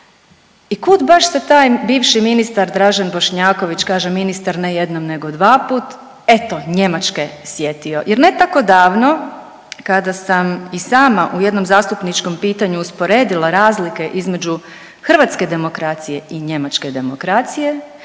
I kud baš se taj bivši ministar Dražen Bošnjaković, kaže ministar ne jednom nego dvaput, eto Njemačke sjetio. Jer ne tako davno kada sam i sama u jednom zastupničkom pitanju usporedila razlike između hrvatske demokracije i njemačke demokracije